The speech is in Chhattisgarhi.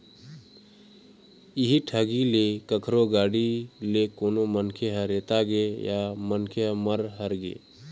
इहीं ढंग ले कखरो गाड़ी ले कोनो मनखे ह रेतागे या मनखे ह मर हर गे